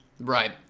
Right